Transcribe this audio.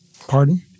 Pardon